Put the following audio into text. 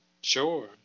Sure